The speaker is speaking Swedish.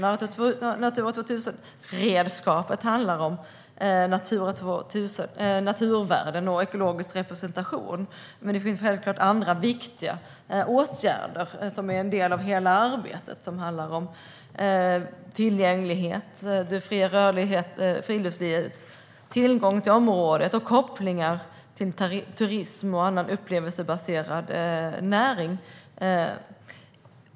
Natura 2000-redskapet handlar om naturvärden och ekologisk representation, men det finns även andra viktiga åtgärder som är en del av hela arbetet. Dessa handlar om tillgänglighet, friluftslivets tillgång till området och kopplingar till turism och annan upplevelsebaserad näring.